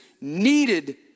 needed